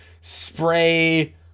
spray